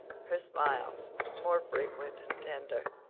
her smile more frequent and tender.